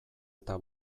eta